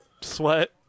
Sweat